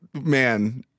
man